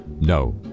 No